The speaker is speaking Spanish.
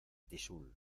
tixul